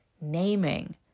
naming